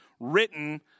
written